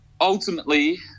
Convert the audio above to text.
ultimately